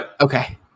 Okay